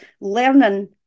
learning